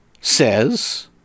says